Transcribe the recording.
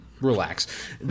Relax